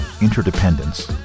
interdependence